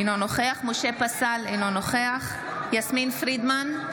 אינו נוכח משה פסל, אינו נוכח יסמין פרידמן,